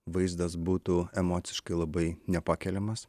vaizdas būtų emociškai labai nepakeliamas